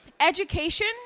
Education